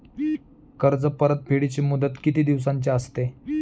कर्ज परतफेडीची मुदत किती दिवसांची असते?